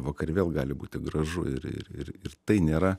vakare vėl gali būti gražu ir ir ir ir tai nėra